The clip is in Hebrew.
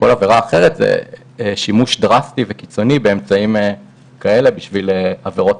זה שימוש דרסטי וקיצוני באמצעים כאלה בשביל עבירות